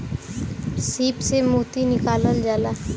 सीप से मोती निकालल जाला